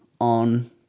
on